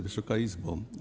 Wysoka Izbo!